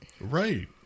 Right